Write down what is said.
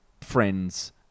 friends